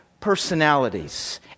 personalities